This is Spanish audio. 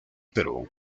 perú